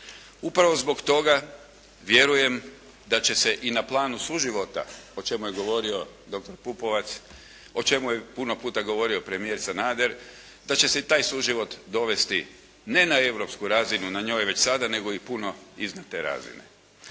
Upravo zbog toga vjerujem da će se i na planu suživota o čemu je govorio doktor Pupovac, o čemu je puno puta govorio premijer Sanader da će se i taj suživot dovesti ne na europsku razinu, na njoj je već sada nego i puno iznad te razine.